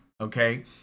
Okay